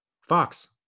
Fox